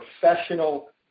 professional